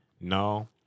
No